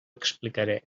explicaré